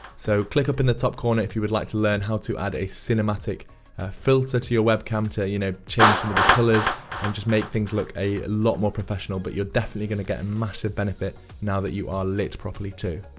so, click up in the top corner if you would like to learn how to add a cinematic filter to your webcam to, you know, change some of the colors and just make things look a lot more professional. but you're definitely going to get a massive benefit now that you are lit properly, too.